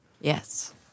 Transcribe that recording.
Yes